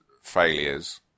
failures